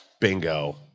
bingo